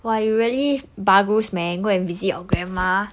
why you really bagus man go and visit your grandma